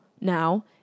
Now